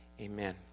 amen